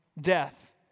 death